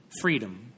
freedom